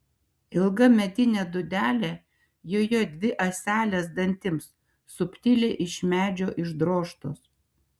ilga medinė dūdelė joje dvi ąselės dantims subtiliai iš medžio išdrožtos